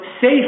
safe